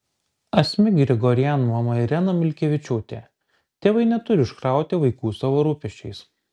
asmik grigorian mama irena milkevičiūtė tėvai neturi užkrauti vaikų savo rūpesčiais